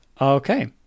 Okay